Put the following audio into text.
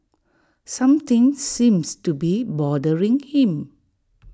something seems to be bothering him